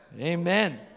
Amen